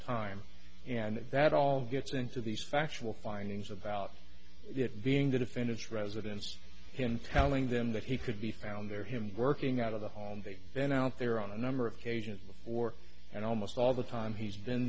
time and that all gets into these factual findings about it being the defendant's residence him telling them that he could be found there him working out of the home they've been out there on a number of occasions before and almost all the time he's been